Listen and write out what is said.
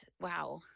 wow